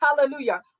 hallelujah